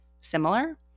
similar